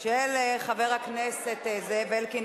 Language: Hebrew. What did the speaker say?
חבר הכנסת זאב אלקין,